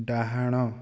ଡାହାଣ